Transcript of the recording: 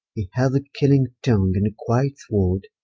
hee hath a killing tongue, and a quiet sword